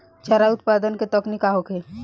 चारा उत्पादन के तकनीक का होखे?